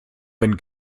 wenn